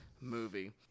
movie